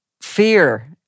fear